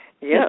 Yes